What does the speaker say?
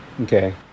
Okay